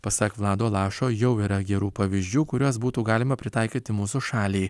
pasak vlado lašo jau yra gerų pavyzdžių kuriuos būtų galima pritaikyti mūsų šaliai